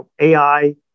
AI